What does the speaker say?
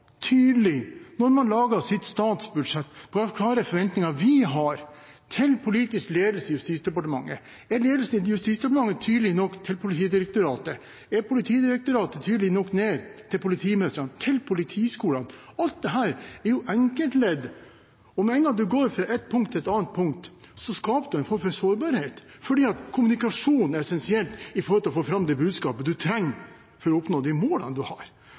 tydelig på når man lager sitt statsbudsjett, hvilke klare forventninger vi har til politisk ledelse i Justisdepartementet? Er ledelsen i Justisdepartementet tydelig nok til Politidirektoratet? Er Politidirektoratet tydelig nok ned til politimestrene, til politiskolene? Alt dette er enkeltledd, og med en gang du går fra ett punkt til et annet punkt, skaper du en form for sårbarhet, fordi kommunikasjonen er essensiell i forhold til å få fram det budskapet du trenger for å oppnå de målene du har.